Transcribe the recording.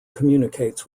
communicates